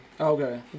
Okay